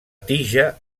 tija